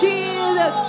Jesus